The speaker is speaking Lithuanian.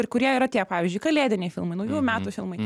ir kurie yra tie pavyzdžiui kalėdiniai filmai naujųjų metų filmai